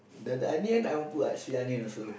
the onion I want put like sea onion also